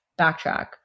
Backtrack